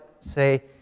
say